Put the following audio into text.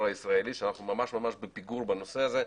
הישראלי שאנחנו ממש בפיגור בנושא הזה.